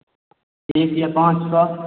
दूइ सॅं पाँच तक